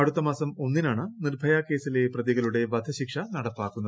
അടുത്ത മാസം ഒന്നിനാണ് നിർഭ്യം കേസിലെ പ്രതികളുടെ വധശിക്ഷ നടപ്പാക്കുന്നത്